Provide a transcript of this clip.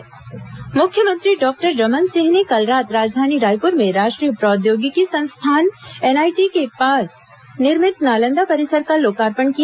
नालंदा परिसर लोकार्पण मुख्यमंत्री डॉक्टर रमन सिंह ने कल रात राजधानी रायपुर में राष्ट्रीय प्रौद्योगिकी संस्थान एनआईटी के पास निर्मित नालंदा परिसर का लोकार्पण किया